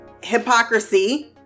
hypocrisy